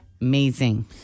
Amazing